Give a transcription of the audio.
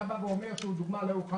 אתה בא ואומר לדוגמה שהוא לא יוכל